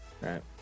right